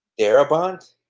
Darabont